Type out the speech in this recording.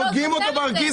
אתם הורגים אותם בכיס,